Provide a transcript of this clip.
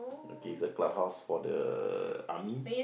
okay it's a clubhouse for the army